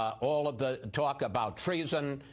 all of the talk about treason.